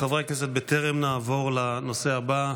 חברי הכנסת, בטרם נעבור לנושא הבא,